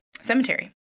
cemetery